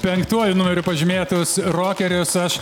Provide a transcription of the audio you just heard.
penktuoju numeriu pažymėtus rokerius aš